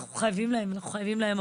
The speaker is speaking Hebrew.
אנחנו חייבים להם המון.